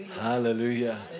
Hallelujah